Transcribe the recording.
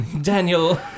Daniel